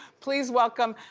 please welcome,